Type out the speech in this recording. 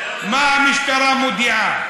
מה המשטרה מודיעה.